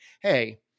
Hey